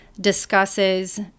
discusses